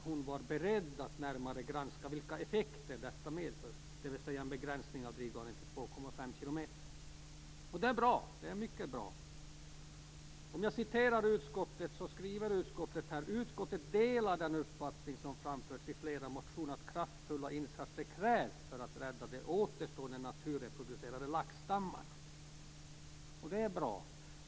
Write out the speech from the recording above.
Hon var där beredd att närmare granska vilka effekter en begränsning av drivgarnen till 2,5 km medför. Det är bra - det är mycket bra. Utskottet skriver så här: "Utskottet delar den uppfattning som framförs i flera motioner att kraftfulla insatser krävs för att rädda de återstående naturreproducerande laxstammarna." Det är bra.